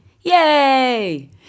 Yay